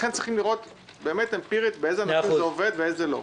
לכן צריך לראות אמפירית באילו מקרים זה עובד ובאילו לא.